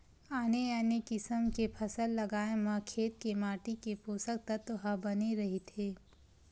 आने आने किसम के फसल लगाए म खेत के माटी के पोसक तत्व ह बने रहिथे